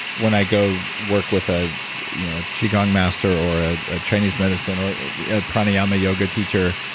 when i go work with ah you know a qigong master or ah a chinese medicine or pranayama yoga teacher,